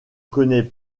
connaît